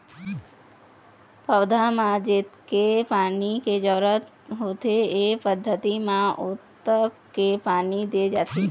पउधा ल जतके पानी के जरूरत होथे ए पद्यति म ओतके पानी दे जाथे